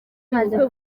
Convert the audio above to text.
maze